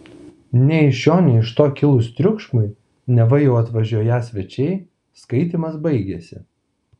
nei iš šio nei iš to kilus triukšmui neva jau atvažiuoją svečiai skaitymas baigėsi